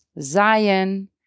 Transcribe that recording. Zion